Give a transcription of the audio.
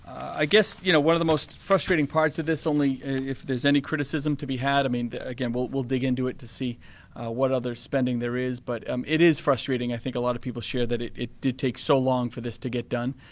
i guess, you know, one of the most frustrating parts of this, if there is any criticism to be had, i mean again, we'll we'll dig into it to see what other spending there is but um it is frustrating, i think a lot of people share, that it it did take so long for this to get done.